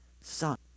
son